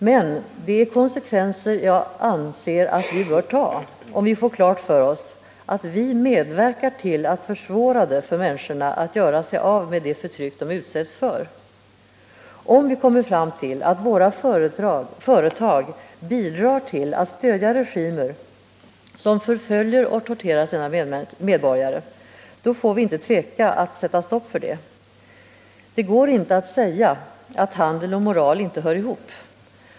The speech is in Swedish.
Men det är konsekvenser som jag anser att vi bör ta, om vi får klart för oss att vi medverkar till att försvåra för människor att göra sig av med det förtryck de utsätts för. Om vi kommer fram till att våra företag bidrar till att stödja regimer som förföljer och torterar sina medborgare, då får vi inte tveka att sätta stopp för det. Det går inte att säga att handel och moral inte hör ihop.